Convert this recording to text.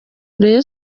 rayon